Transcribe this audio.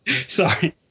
Sorry